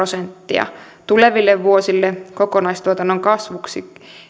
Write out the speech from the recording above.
prosenttia tuleville vuosille kokonaistuotannon kasvuksi